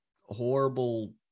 horrible